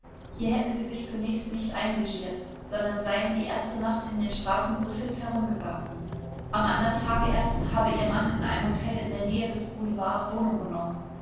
hier hätten sie sich zunächst nicht einlogiert sondern seien die erste nacht in den straßen brüssels herumgegangen am andern tage erst habe ihr mann in einem hotel in der nähe des boulevard wohnung genommen